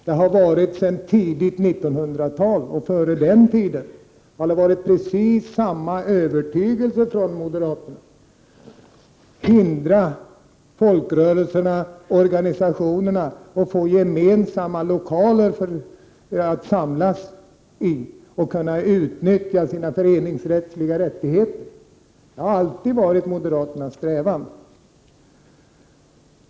Det har sedan tidigt 1900-tal och även före den tiden varit precis samma övertygelse hos moderaterna, nämligen att folkrörelserna och organisationerna skall förhindras att få gemensamma lokaler att samlas i för att utnyttja sina föreningsrättigheter. Det har alltid varit moderaternas strävan.